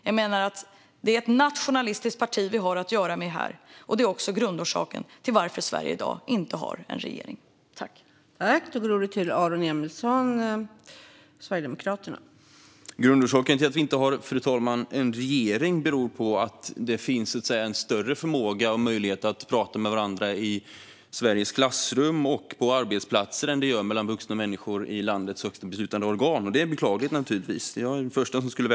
Jag menar att det är ett nationalistiskt parti vi har att göra med här, och det är också grundorsaken till att Sverige i dag inte har en regering.